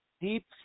Deep